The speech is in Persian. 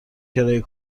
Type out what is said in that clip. کرایه